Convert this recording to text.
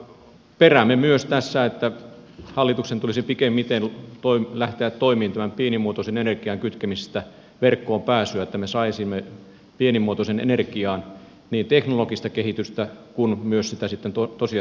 peräämme myös tässä että hallituksen tulisi pikimmiten lähteä toimiin pienimuotoisen energian kytkemisessä verkkoon verkkoon pääsyssä että me saisimme pienimuotoiseen energiaan niin teknologista kehitystä kuin myös sitä sitten tosiasiassa käyttöön